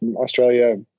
Australia